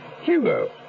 Hugo